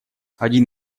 один